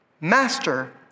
Master